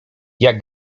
jak